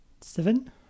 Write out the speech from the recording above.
Seven